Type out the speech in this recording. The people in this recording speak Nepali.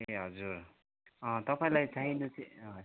ए हजुर अँ तपाईँलाई चाहिने चाहिँ अँ